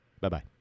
bye-bye